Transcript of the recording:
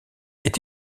est